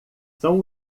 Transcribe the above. são